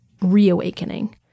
reawakening